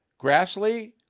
Grassley